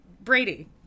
brady